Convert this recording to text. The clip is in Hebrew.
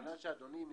הכוונה שאדוני מתבקש,